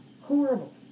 horrible